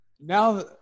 now